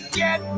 get